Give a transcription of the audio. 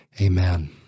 amen